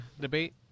debate